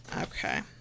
Okay